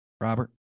Robert